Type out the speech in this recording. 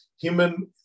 human